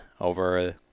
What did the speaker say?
over